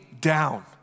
down